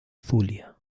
zulia